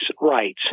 rights